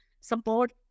support